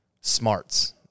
smarts